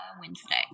Wednesday